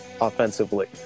offensively